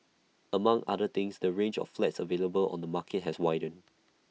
among other things the range of flats available on the market has widened